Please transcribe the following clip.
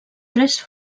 tres